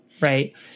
right